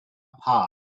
apart